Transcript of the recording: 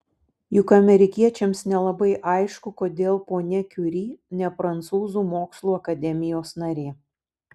juk amerikiečiams nelabai aišku kodėl ponia kiuri ne prancūzų mokslų akademijos narė